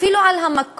אפילו על המקום,